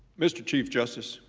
mr. chief justice